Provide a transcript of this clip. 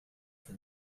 for